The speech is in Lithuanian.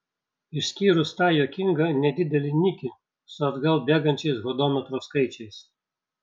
išskyrus tą juokingą nedidelį nikį su atgal bėgančiais hodometro skaičiais